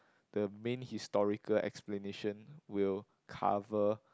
the main historical explanation will cover